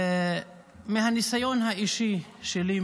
מהניסיון האישי שלי,